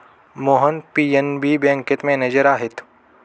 Mohan PNB बँकेत manager आहेत